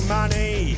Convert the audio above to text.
money